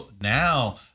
Now